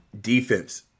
defense